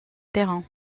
terrain